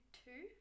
two